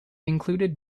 included